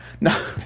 No